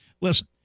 Listen